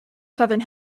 southern